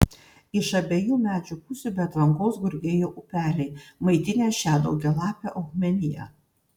iš abiejų medžių pusių be atvangos gurgėjo upeliai maitinę šią daugialapę augmeniją